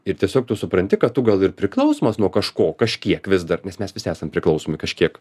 ir tiesiog tu supranti kad tu gal ir priklausomas nuo kažko kažkiek vis dar nes mes visi esam priklausomi kažkiek